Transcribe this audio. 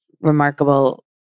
remarkable